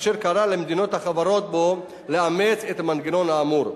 אשר קרא למדינות החברות בו לאמץ את המנגנון האמור.